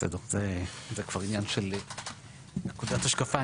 בסדר זה כבר עניין של נקודת השקפה,